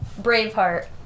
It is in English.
Braveheart